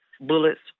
bullets